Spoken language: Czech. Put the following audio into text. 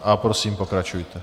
A prosím, pokračujte.